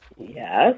Yes